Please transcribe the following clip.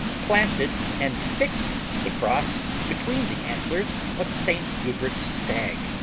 planted, and fixed the cross between the antlers of st. hubert's stag,